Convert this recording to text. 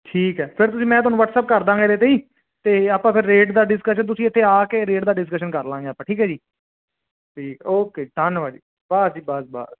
ਠੀਕ ਹੈ ਫਿਰ ਤੁਸੀਂ ਮੈਂ ਤੁਹਾਨੂੰ ਵਟਸਐਪ ਕਰ ਦਾਂਗਾ ਇਹਦੇ 'ਤੇ ਹੀ ਅਤੇ ਆਪਾਂ ਫਿਰ ਰੇਟ ਦਾ ਡਿਸਕਸ਼ਨ ਤੁਸੀਂ ਇੱਥੇ ਆ ਕੇ ਰੇਟ ਦਾ ਡਿਸਕਸ਼ਨ ਕਰ ਲਾਂਗੇ ਆਪਾਂ ਠੀਕ ਹੈ ਜੀ ਤਾਂ ਓਕੇ ਧੰਨਵਾਦ ਜੀ ਬਸ ਜੀ ਬਸ ਬਸ